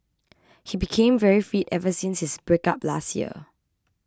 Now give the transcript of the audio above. he became very fit ever since his breakup last year